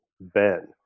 Ben